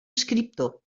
escriptor